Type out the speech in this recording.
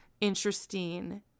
interesting